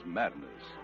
madness